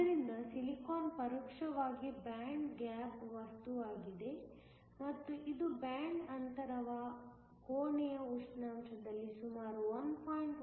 ಆದ್ದರಿಂದ ಸಿಲಿಕಾನ್ ಪರೋಕ್ಷವಾಗಿ band gap ವಸ್ತುವಾಗಿದೆ ಮತ್ತು ಇದು ಬ್ಯಾಂಡ್ ಅಂತರವು ಕೋಣೆಯ ಉಷ್ಣಾಂಶದಲ್ಲಿ ಸುಮಾರು 1